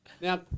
now